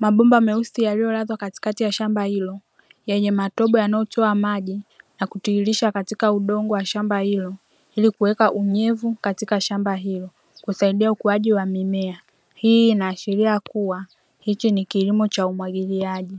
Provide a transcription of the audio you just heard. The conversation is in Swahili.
mabomba meusi yaliyolazwa katikati ya shamba hilo yenye matobo yanayotoa maji na kutiririsha katika udongo wa shamba hilo, ili kuweka unyevu katika shamba hilo kusaidia ukuaji wa mimea. Hii inaashiria kuwa hichi ni kilimo cha umwagiliaji.